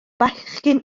bechgyn